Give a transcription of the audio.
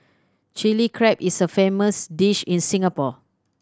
Chilli Crab is a famous dish in Singapore